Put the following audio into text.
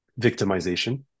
victimization